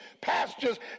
pastures